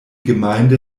gemeinde